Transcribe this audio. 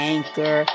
Anchor